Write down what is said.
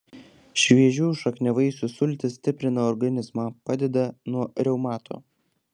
šviežių šakniavaisių sultys stiprina organizmą padeda nuo reumato